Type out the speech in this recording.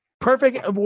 Perfect